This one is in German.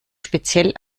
speziell